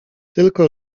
tylko